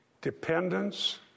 dependence